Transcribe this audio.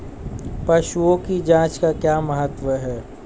पशुओं की जांच का क्या महत्व है?